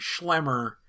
Schlemmer